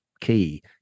key